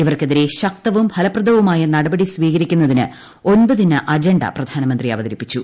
ഇവർക്കെതിരെ ശക്തവും ഫലപ്രദവുമായ നടപടി സ്വീകരിക്കുന്നതിന്ഒമ്പതിന അജണ്ട പ്രധാനമന്ത്രി അവതരിപ്പിച്ചു